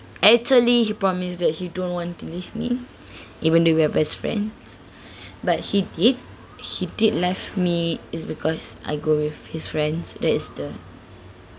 actually he promised that he don't want to leave me even though we're best friends but he did he did left me is because I go with his friends that is the